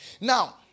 Now